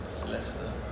Leicester